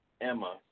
Emma